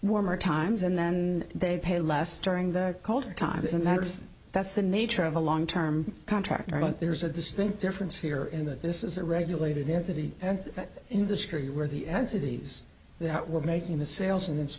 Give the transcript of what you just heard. warmer times and then they pay less during the cold times and that's that's the nature of a long term contract there's a distinct difference here in that this is a regulated entity and industry where the entities that were making the sales and